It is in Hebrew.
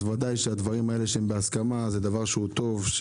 אז ודאי שהדברים האלה שהם בהסכמה זה דבר שהוא טוב.